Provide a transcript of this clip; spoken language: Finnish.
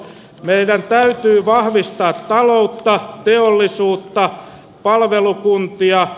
meidän täytyy vahvistaa taloutta teollisuutta palvelukuntia